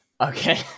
Okay